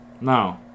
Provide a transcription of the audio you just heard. No